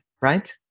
right